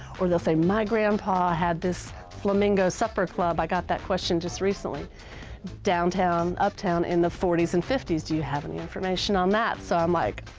or they'll say, my grandpa had this flamingo supper club i got that question just recently downtown uptown in the forty s and fifty s. do you have an information on that? so i'm like,